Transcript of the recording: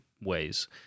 ways